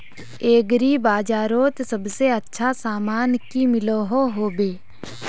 Agri बजारोत सबसे अच्छा सामान की मिलोहो होबे?